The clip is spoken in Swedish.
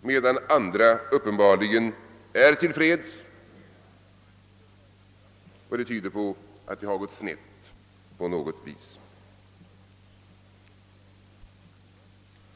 medan andra uppenbarligen är till freds, och detta tyder på att det har gått snett på något vis.